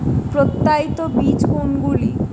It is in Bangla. প্রত্যায়িত বীজ কোনগুলি?